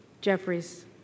Jeffries